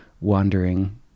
wandering